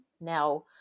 Now